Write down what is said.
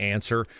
Answer